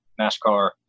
NASCAR